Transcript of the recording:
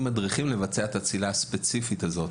מדריכים לבצע את הצלילה הספציפית הזו.